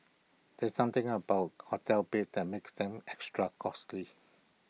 there's something about hotel beds that makes them extra costly